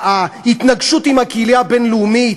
ההתנגשות עם הקהילייה הבין-לאומית,